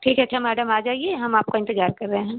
ठीक है अच्छा मैडम आ जाइए हम आपका इंतजार कर रही हैं